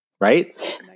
right